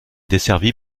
desservie